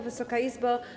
Wysoka Izbo!